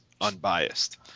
unbiased